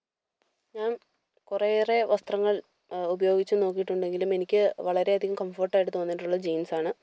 ഞാൻ കുറേയേറെ വസ്ത്രങ്ങൾ ഉപയോഗിച്ചു നോക്കിയിട്ടുണ്ടെങ്കിലും എനിക്ക് വളരെ അധികം കംഫോട്ട് ആയിട്ട് തോന്നിയിട്ടുള്ളത് ജീൻസ് ആണ്